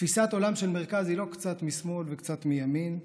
תפיסת עולם של מרכז היא לא קצת משמאל וקצת מימין,